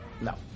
no